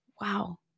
Wow